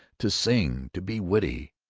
to sing, to be witty.